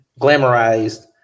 glamorized